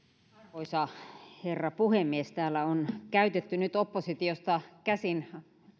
arvoisa herra puhemies täällä on käytetty nyt oppositiosta käsin